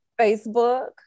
Facebook